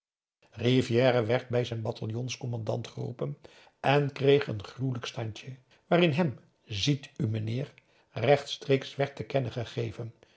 rivière werd bij zijn bataljons-commandant geroepen en kreeg een gruwelijk standje waarin hem ziet u meneer rechtstreeks werd te kennen gegeven